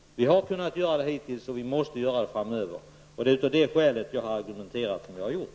Vi har kunnat göra det hittills, och vi måste kunna göra det framöver. Det är skälet till att jag har argumenterat som jag har gjort.